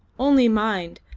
only mind,